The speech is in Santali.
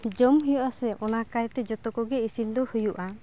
ᱡᱚᱢ ᱦᱩᱭᱩᱜᱼᱟ ᱥᱮ ᱚᱱᱟ ᱠᱟᱭᱛᱮ ᱡᱚᱛᱚ ᱠᱚᱜᱮ ᱤᱥᱤᱱ ᱫᱚ ᱦᱩᱭᱩᱜᱼᱟ